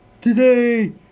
today